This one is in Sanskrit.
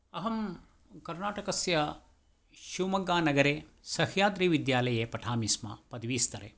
अहं कर्नाटकस्य शिवमोग्गनगरे सह्याद्रिविद्यालये पठामि स्म पदवीस्तरे